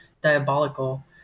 diabolical